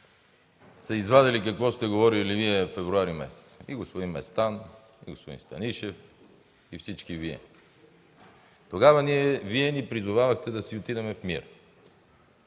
са извадили какво сте говорили Вие февруари месец – и господин Местан, и господин Станишев, и всички Вие. Тогава ни призовавахте да си отидем в мир